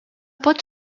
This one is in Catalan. pot